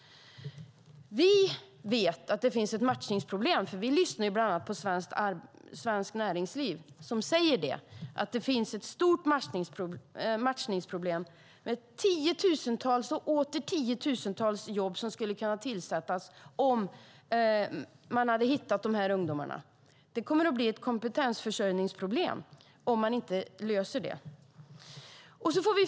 Vi vet att det finns ett matchningsproblem, för vi lyssnar bland annat på Svenskt Näringsliv, som säger att det finns ett stort matchningsproblem med tiotusentals och åter tiotusentals jobb som skulle kunna tillsättas om man hittade de här ungdomarna. Det kommer att bli ett kompetensförsörjningsproblem om man inte löser det.